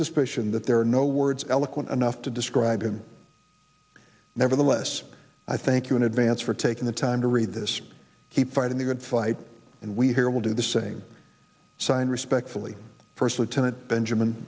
suspicion that there are no words eloquent enough to describe him nevertheless i thank you in advance for taking the time to read this keep fighting the good fight and we here will do the same sign respectfully first lieutenant benjamin